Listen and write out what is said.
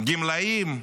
גמלאים,